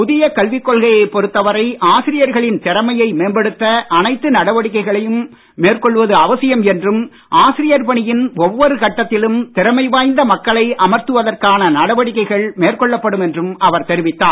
புதிய கல்வி கொள்கையை பொருத்த வரை ஆசிரியர்களின் திறமை மேம்படுத்த அனைத்து நடவடிக்கைகளும் மேற்கொள்வது அவசியம் என்றும் ஆசிரியர் பணியின் ஒவ்வொரு கட்டத்திலும் திறமை வாய்ந்த மக்களை அமர்த்துவதற்கான நடவடிக்கைகள் மேற்கொள்ளப்படும் என்றும் அவர் தெரிவித்தார்